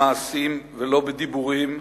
במעשים ולא בדיבורים,